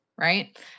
right